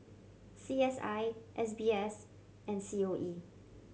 C S I S B S and C O E